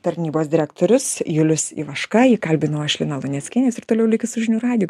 tarnybos direktorius julius ivaška jį kalbinau aš lina luneckienė ir toliau likit su žinių radiju